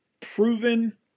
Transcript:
proven